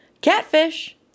catfish